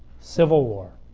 civil war,